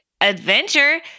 adventure